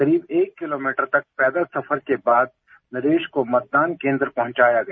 करीब एक किलोमीटर तक पैदल सफर के बाद नरेश को मतदान केन्द्र पहंचाया गया